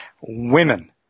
women